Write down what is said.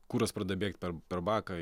kuras pradeda bėkt per per baką